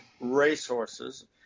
racehorses